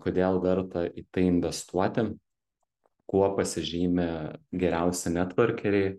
kodėl verta į tai investuoti kuo pasižymi geriausi netvorkeriai